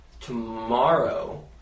tomorrow